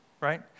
right